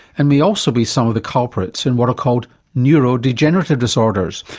and may also be some of the culprits in what are called neurodegenerative disorders,